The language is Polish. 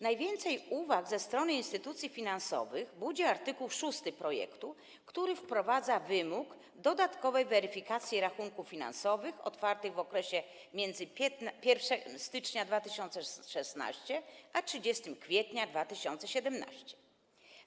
Najwięcej zastrzeżeń ze strony instytucji finansowych budzi art. 6 projektu, który wprowadza wymóg dodatkowej weryfikacji rachunków finansowych otwartych w okresie między 1 stycznia 2016 r. a 30 kwietnia 2017 r.